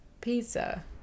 pizza